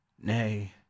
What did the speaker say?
nay